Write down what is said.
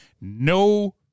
no